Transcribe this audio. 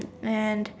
and